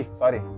sorry